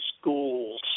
schools